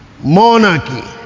monarchy